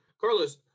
Carlos